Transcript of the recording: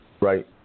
Right